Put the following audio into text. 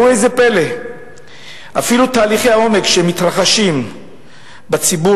היא להעמיד את התקציבים האלה על 600 מיליון שקל בשנה,